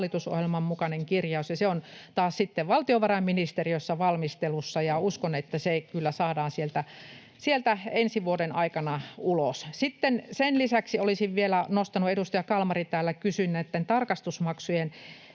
hallitusohjelman mukainen kirjaus. Se on taas sitten valtiovarainministeriössä valmistelussa, ja uskon, että se kyllä saadaan sieltä ensi vuoden aikana ulos. Sitten sen lisäksi olisin vielä nostanut tämän, kun edustaja Kalmari täällä kysyi näitten tarkastusmaksujen